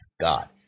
God